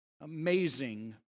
Amazing